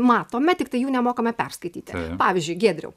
matome tiktai jų nemokame perskaityti pavyzdžiui giedriau